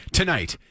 tonight